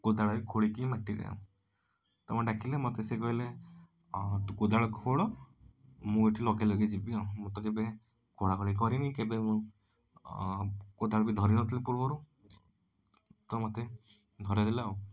କୋଦାଳରେ ଖୋଳିକି ମାଟିରେ ତ ମୋତେ ଡ଼ାକିଲେ ମୋତେ ସେ କହିଲେ ତୁ କୋଦାଳ ଖୋଳ ମୁଁ ଏଠି ଲଗାଇ ଲଗାଇ ଯିବି ଆଉ ମୁଁ ତ କେବେ ଖୋଳା ଖୋଳି କରିନି କେବେ ମୁଁ କୋଦାଳ କୁ ଧରି ନଥିଲି ପୂର୍ବରୁ ତ ମୋତେ ଧରାଇ ଦେଲେ ଆଉ